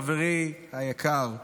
חברי היקר,